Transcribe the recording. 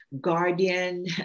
guardian